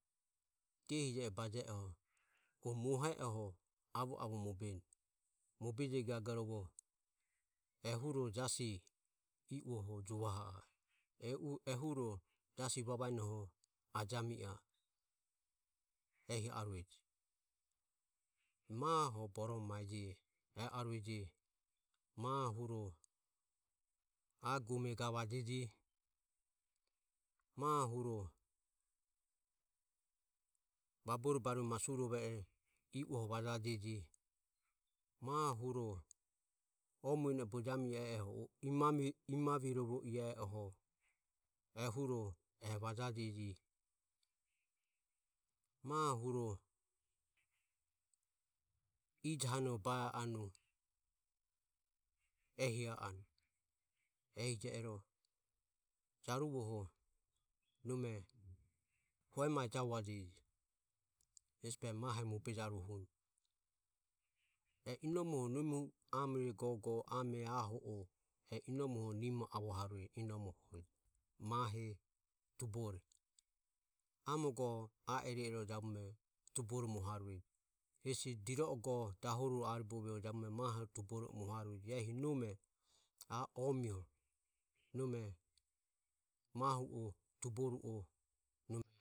avo avo moben ehuro jasi iuoho juvaho ae o jasi vavainoho juvaho ae ehi arueje. mahoho boromo maji je mahohu o aguome gavajeji, mahohuro vabore barue masuro ve e vajajeji oe muene bojami ieoho o e e mamirovo iaoho ehuro e vajajeji. mahuro ijohane ba anu ehi anu. Jaruvoho huemae javua jeji ehesi behoho mahe mobe jaruohuni jr inomo nome ame gogo e inomo nimo avoharue a ere ere hesi dirogo maho tuboro moharue a omieho mahu o tuboru o moharue nome